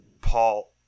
Paul